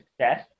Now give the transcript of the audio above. success